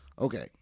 Okay